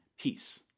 peace